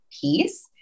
piece